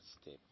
step